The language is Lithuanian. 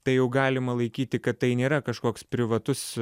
tai jau galima laikyti kad tai nėra kažkoks privatus